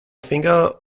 finger